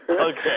Okay